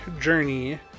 journey